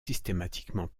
systématiquement